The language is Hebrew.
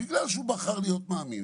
בגלל שהוא בחר להיות מאמין?